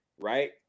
right